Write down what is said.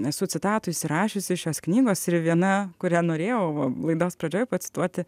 esu citatų išsirašiusi iš šios knygos ir viena kurią norėjau laidos pradžioj pacituoti